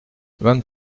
vingt